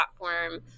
platform